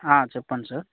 చెప్పండి సార్